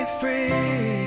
free